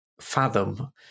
fathom